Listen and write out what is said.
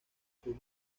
sus